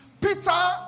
Peter